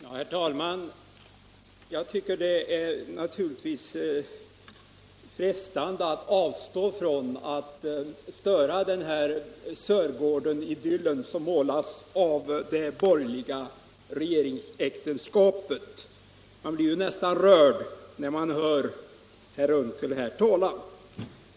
Herr talman! Jag tycker naturligtvis att det är frestande att avstå från att störa denna Sörgårdsidyll som målas upp av det borgerliga regeringsäktenskapet. Man blir nästan rörd när man hör herr Unckel tala här.